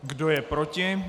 Kdo je proti?